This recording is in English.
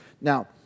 Now